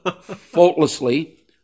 faultlessly